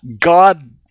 god